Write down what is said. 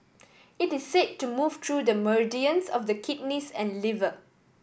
it is say to move through the meridians of the kidneys and liver